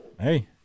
Hey